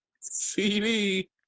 CD